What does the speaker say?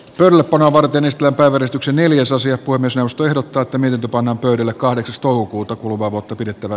pelkona voinut onnistua päivällistyksen eli jos asia kuin myös jaosto ehdottaa että minut pannaan pöydälle kahdeksas toukokuuta kuluvaa vuotta pidettävä